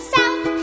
South